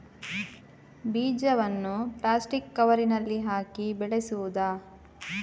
ಬೀಜವನ್ನು ಪ್ಲಾಸ್ಟಿಕ್ ಕವರಿನಲ್ಲಿ ಹಾಕಿ ಬೆಳೆಸುವುದಾ?